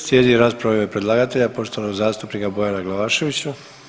Slijedi rasprava u ime predlagatelja poštovanog zastupnika Bojana Glavaševića.